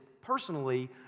personally